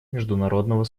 международного